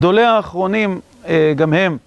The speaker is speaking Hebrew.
גדולי האחרונים, גם הם